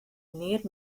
neat